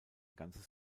ganzes